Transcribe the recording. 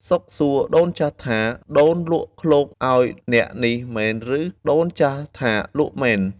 សុខសួរដូនចាស់ថា “ដូនលក់ឃ្លោកឱ្យអ្នកនេះមែនឬ?” ដូនចាស់ថា “លក់មែន”។